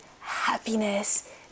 happiness